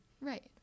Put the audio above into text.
Right